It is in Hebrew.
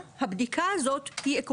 להבנתי.